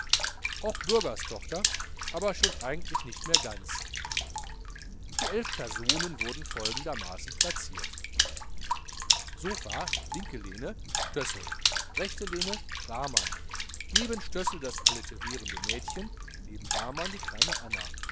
schon voll aber es kamen noch sieben personen nämlich die elf personen wurden folgendermaßen plaziert sopha linke lehne stössel rechte lehne barmann neben stössel das alliterierende mädchen neben barmann die kleine anna